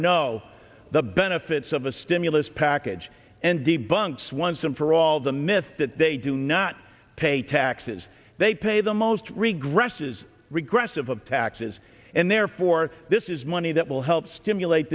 know the benefits of a stimulus package and debunks once and for all the myth that they do not pay taxes they pay the most regress is regressive of taxes and therefore this is money that will help stimulate